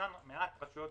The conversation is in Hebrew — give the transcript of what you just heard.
מעט רשויות